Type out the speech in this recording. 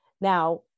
Now